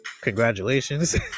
congratulations